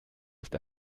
ist